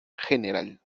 general